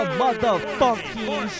motherfucking